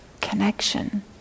connection